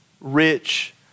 rich